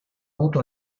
avuto